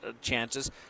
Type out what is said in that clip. chances